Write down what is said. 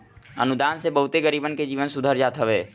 अनुदान से बहुते गरीबन के जीवन सुधार जात हवे